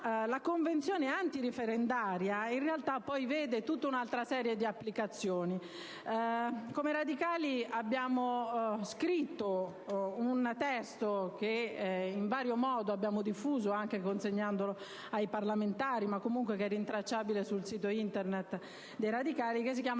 la convenzione antireferendaria in realtà vede tutta un'altra serie di applicazioni. Come radicali abbiamo scritto un testo che in vario modo abbiamo diffuso - lo abbiamo consegnato ai parlamentari, ma in ogni caso è rintracciabile sul sito Internet dei radicali - che si chiama